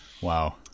Wow